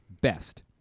best